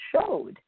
showed